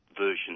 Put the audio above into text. version